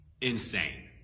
insane